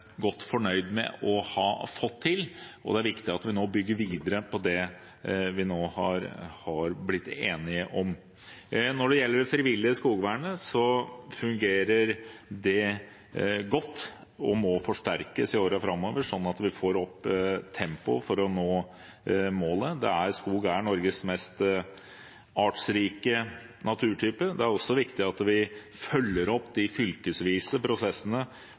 viktig at vi nå bygger videre på det vi nå har blitt enige om. Når det gjelder det frivillige skogvernet, så fungerer det godt og må forsterkes i årene framover, sånn at vi får opp tempoet for å nå målet. Skog er Norges mest artsrike naturtype. Det er også viktig at vi følger opp de fylkesvise prosessene